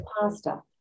pasta